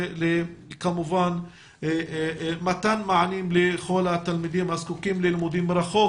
וכמובן למתן מענים לכל התלמידים הזקוקים ללימודים מרחוק,